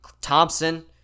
Thompson